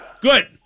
Good